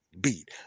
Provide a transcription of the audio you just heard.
Beat